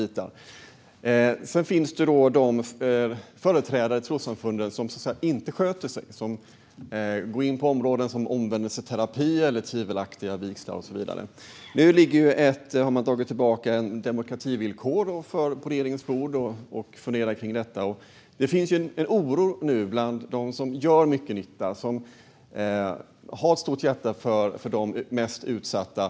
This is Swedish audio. Men det finns företrädare för trossamfund som inte sköter sig och som går in på områden som omvändelseterapi, tvivelaktiga vigslar och så vidare. Nu har man dragit tillbaka demokrativillkoret. Det hela ligger på regeringens bord, och man funderar på detta. Det finns nu en oro bland dem som gör mycket nytta och som har ett stort hjärta när det gäller de mest utsatta.